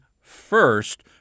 first